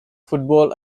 football